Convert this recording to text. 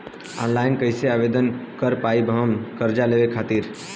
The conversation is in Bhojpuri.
ऑनलाइन कइसे आवेदन कर पाएम हम कर्जा लेवे खातिर?